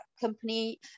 company